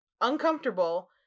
uncomfortable